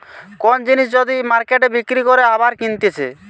কোন জিনিস যদি মার্কেটে বিক্রি করে আবার কিনতেছে